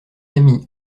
ami